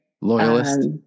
loyalist